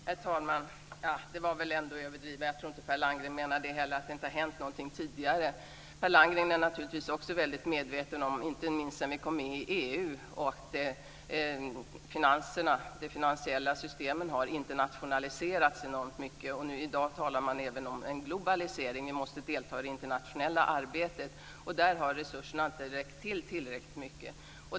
Herr talman! Det var väl ändå överdrivet. Jag tror inte heller att Per Landgren menade att det inte har hänt någonting tidigare. Per Landgren är naturligtvis också väldigt medveten om att de finansiella systemen, inte minst sedan vi kom med i EU, har internationaliserats enormt mycket. I dag talar man även mycket om en globalisering och att vi måste delta i det internationella arbetet. Där har resurserna inte varit tillräckliga.